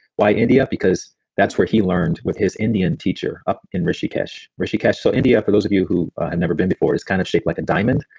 why india? because that's where he learned with his indian teacher up in rishikesh. so india, for those of you who had never been before, it's kind of shaped like a diamond.